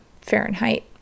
Fahrenheit